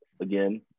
again